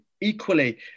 Equally